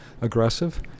aggressive